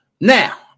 Now